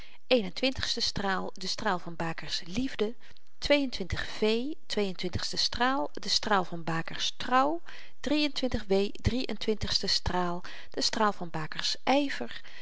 een-en-twintigste straal de straal van baker's liefde v twee-en-twintigste straal de straal van baker's trouw w drie-en-twintigste straal de straal van baker's yver